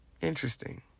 Interesting